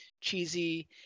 cheesy